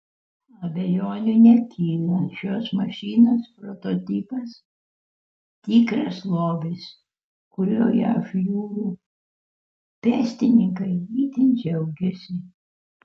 abejonių nekyla šios mašinos prototipas tikras lobis kuriuo jav jūrų pėstininkai itin džiaugiasi